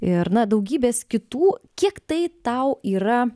ir na daugybės kitų kiek tai tau yra